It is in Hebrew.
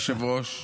אדוני היושב-ראש,